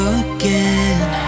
again